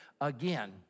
again